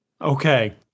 Okay